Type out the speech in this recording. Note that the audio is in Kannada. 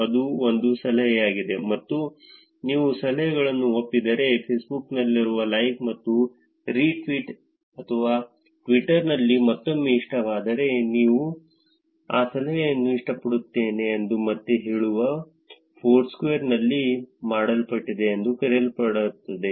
ಅದು ಒಂದು ಸಲಹೆಯಾಗಿದೆ ಮತ್ತು ನೀವು ಸಲಹೆಗಳನ್ನು ಒಪ್ಪಿದರೆ ಫೇಸ್ಬುಕ್ನಲ್ಲಿರುವ ಲೈಕ್ ಅಥವಾ ರೀ ಟ್ವೀಟ್ ಅಥವಾ ಟ್ವಿಟರ್ನಲ್ಲಿ ಮತ್ತೊಮ್ಮೆ ಇಷ್ಟವಾದರೆ ನಾನು ಈ ಸಲಹೆಯನ್ನು ಇಷ್ಟಪಡುತ್ತೇನೆ ಎಂದು ಮತ್ತೆ ಹೇಳುವ ಫೊರ್ಸ್ಕ್ವೇರ್ನಲ್ಲಿ ಮಾಡಲ್ಪಟ್ಟಿದೆ ಎಂದು ಕರೆಯಲ್ಪಡುತ್ತದೆ